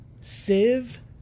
sieve